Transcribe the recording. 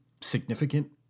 significant